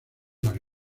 las